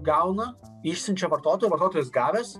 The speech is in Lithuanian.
gauna išsiunčia vartotojui vartotojas gavęs